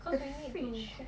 the fringe